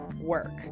work